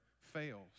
fails